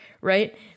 right